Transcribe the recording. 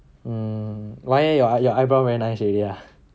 mm no need lah your eyebrow very nice already ah